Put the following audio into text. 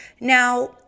Now